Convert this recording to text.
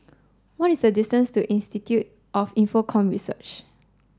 what is the distance to Institute of Infocomm Research